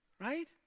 right